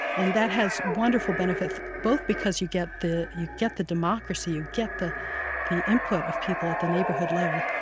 and that has wonderful benefits, both because you get the you get the democracy, you get the the input of people at the neighborhood level.